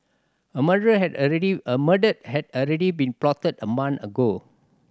a murder had already a murder had already been plotted a month ago